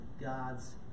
God's